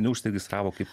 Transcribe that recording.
neužsiregistravo kaip